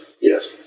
Yes